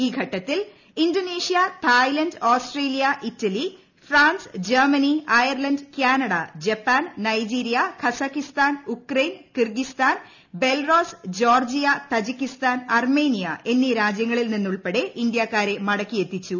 ഈ ഘട്ടത്തിൽ Indonesia Thailand Australia Italy France Germany അയർല ് Canada Japan Nigeria Kazakhstan Ukraine Kyrgyzstan Belarus Georgia Tajikistan Armenia എന്നീ രാജ്യങ്ങളിൽ നിന്നുൾപ്പെടെ ഇന്ത്യക്കാരെ മടക്കിയെത്തിച്ചു